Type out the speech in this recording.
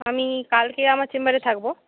আমি কালকে আমার চেম্বারে থাকবো